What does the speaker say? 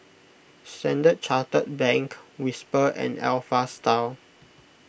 Standard Chartered Bank Whisper and Alpha Style